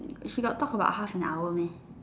she got talk about half and hour meh